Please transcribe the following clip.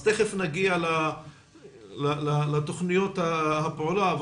תיכף נגיע לתוכניות הפעולה,